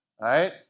right